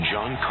John